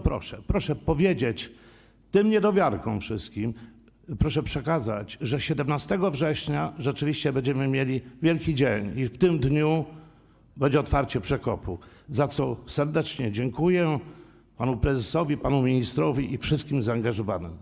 Proszę powiedzieć tym wszystkim niedowiarkom, proszę przekazać, że 17 września rzeczywiście będziemy mieli wielki dzień i w tym dniu będzie otwarcie przekopu, za co serdecznie dziękuję panu prezesowi, panu ministrowi i wszystkim zaangażowanym.